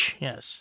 yes